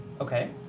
Okay